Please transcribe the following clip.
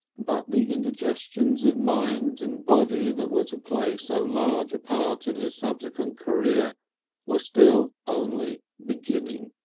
but the indigestions of mind and body that were to play so large a part in his subsequent career were still only beginning.